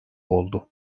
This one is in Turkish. oldu